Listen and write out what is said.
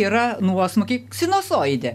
yra nuosmukiai sinusoidė